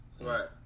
Right